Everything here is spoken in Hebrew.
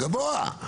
גבוה,